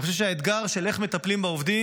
אני חושב שהאתגר של איך מטפלים בעובדים,